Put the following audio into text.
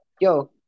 yo